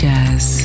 Jazz